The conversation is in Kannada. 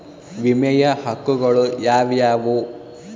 ವಿಮೆಯ ಹಕ್ಕುಗಳು ಯಾವ್ಯಾವು?